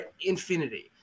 infinity